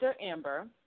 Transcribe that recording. Amber